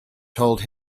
told